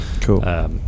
Cool